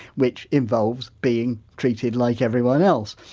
which involves being treated like everyone else.